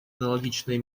аналогичное